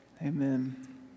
Amen